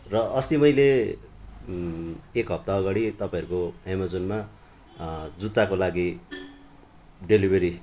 र अस्ति मैले एक हप्ता अगाडि तपाईँहरूको एमाजोनमा जुत्ताको लागि डेलिभरी